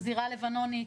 בזירה הלבנונית,